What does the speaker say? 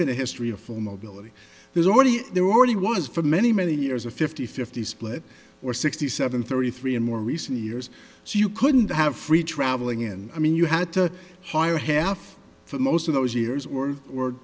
been a history of for mobility there's already there already was for many many years a fifty fifty split or sixty seven thirty three in more recent years so you couldn't have free travelling in i mean you had to hire half for most of those years or